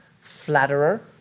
Flatterer